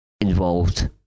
involved